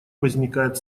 возникает